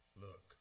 look